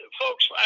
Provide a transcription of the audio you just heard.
folks